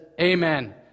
Amen